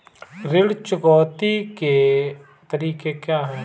ऋण चुकौती के तरीके क्या हैं?